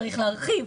צריך להרחיב,